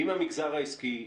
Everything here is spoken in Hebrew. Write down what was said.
עם המגזר העסקי,